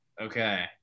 Okay